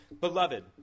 beloved